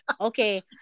Okay